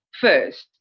first